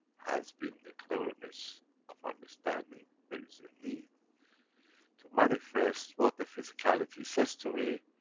has been the cleverness of understanding there is a need to manifest what the physicality says to me,